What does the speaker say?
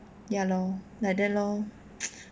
ya lor like that lor